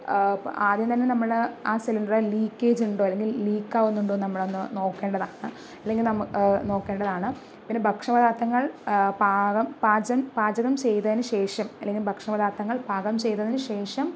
ആദ്യം തന്നെ നമ്മൾ ആ സിലിണ്ടറിൽ ലീക്കേജ് ഉണ്ടോ അല്ലെങ്കിൽ ലീക്കാകുന്നുണ്ടോ നമ്മളൊന്നു നോക്കേണ്ടതാണ് അല്ലെങ്കിൽ നമ്മൾ നോക്കേണ്ടതാണ് പിന്നെ ഭക്ഷണ പദാർത്ഥങ്ങൾ പാകം പാചകം ചെയ്തതിന് ശേഷം അല്ലെങ്കിൽ ഭക്ഷണ പദാർത്ഥങ്ങൾ പാകം ചെയ്തതിന് ശേഷം